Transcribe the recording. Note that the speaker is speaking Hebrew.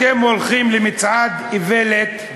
אתם הולכים למצעד איוולת,